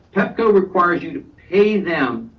pepco requires you to pay them,